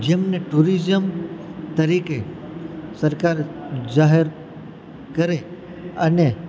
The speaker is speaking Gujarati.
જેમને ટુરીઝમ તરીકે સરકાર જાહેર કરે અને